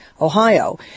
Ohio